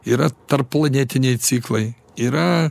yra tarpplanetiniai ciklai yra